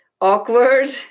Awkward